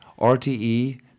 RTE